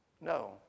No